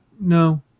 no